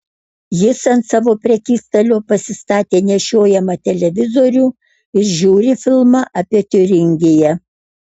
jis ant savo prekystalio pasistatė nešiojamą televizorių ir žiūri filmą apie tiuringiją